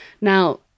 Now